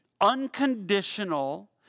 unconditional